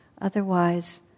otherwise